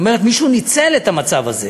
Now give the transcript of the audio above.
זאת אומרת, מישהו ניצל את המצב הזה.